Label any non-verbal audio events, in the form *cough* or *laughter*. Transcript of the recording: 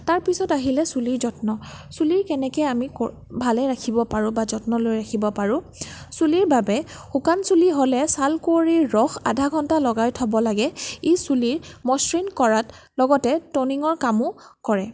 তাৰপিছত আহিলে চুলিৰ যত্ন চুলি কেনেকৈ আমি *unintelligible* ভালে ৰাখিব পাৰো বা যত্ন লৈ ৰাখিব পাৰো চুলিৰ বাবে শুকান চুলি হ'লে ছাল কোঁৱৰীৰ ৰস আধা ঘণ্টা লগাই থ'ব লাগে ই চুলিক *unintelligible* কৰাত লগতে টনিঙৰ কামো কৰে